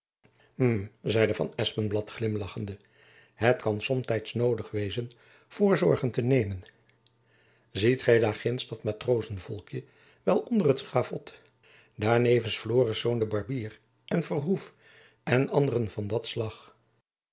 hm zeide van espenblad glimlachende het kan somtijds noodig wezen voorzorgen te nemen ziet gy daar ginds dat matrozenvolkjen wel onder het schavot daar nevens florisz den barbier en verhoef en anderen van dat slach